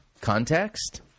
context